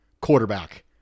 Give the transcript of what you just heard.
quarterback